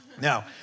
Now